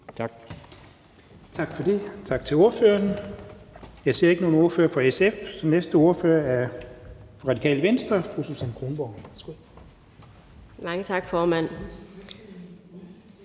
Dahl): Tak for det. Tak til ordføreren. Jeg ser ikke nogen ordfører fra SF, så den næste ordfører er fra Radikale Venstre. Fru Susan Kronborg, værsgo.